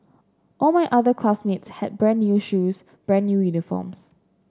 all my other classmates had brand new shoes brand new uniforms